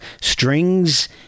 strings